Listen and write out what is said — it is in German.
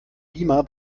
beamer